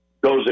goes